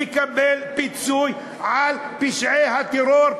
לקבל פיצוי על פשעי הטרור,